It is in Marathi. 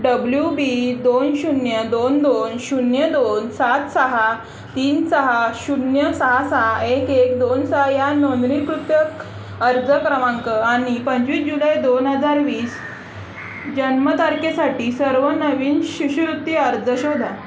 डब्ल्यू बी दोन शून्य दोन दोन शून्य दोन सात सहा तीन सहा शून्य सहा सहा एक एक दोन सहा या नोंदणीकृत अर्ज क्रमांक आणि पंचवीस जुलै दोन हजार वीस जन्मतारखेसाठी सर्व नवीन शिष्यवृत्ती अर्ज शोधा